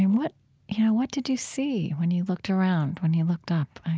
and what you know what did you see when you looked around, when you looked up?